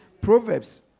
Proverbs